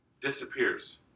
Disappears